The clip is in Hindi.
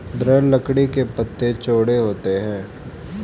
दृढ़ लकड़ी के पत्ते चौड़े होते हैं